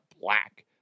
black